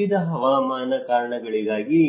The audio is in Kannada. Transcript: ವಿವಿಧ ಹವಾಮಾನ ಕಾರಣಗಳಿಗಾಗಿ